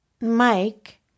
Mike